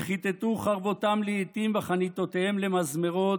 וכִתתו חרבותם לאִתים וחניתותיהם למזמרות,